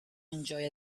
enjoy